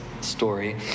story